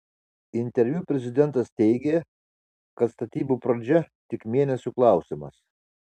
interviu prezidentas teigė kad statybų pradžia tik mėnesių klausimas